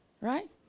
Right